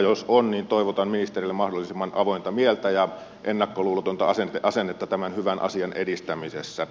jos on niin toivotan ministerille mahdollisimman avointa mieltä ja ennakkoluulotonta asennetta tämän hyvän asian edistämisessä